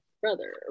brother